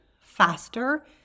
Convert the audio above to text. faster